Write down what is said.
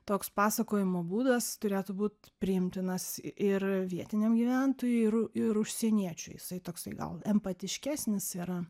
toks pasakojimo būdas turėtų būt priimtinas ir vietiniam gyventojui ir ir užsieniečiui jisai toksai gal empatiškesnis yra